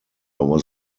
was